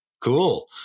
Cool